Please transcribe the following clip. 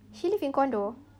she live in condo